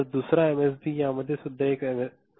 तर दुसरा एमएसबी यामध्ये सुद्धा एक समस्या आहे